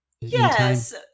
Yes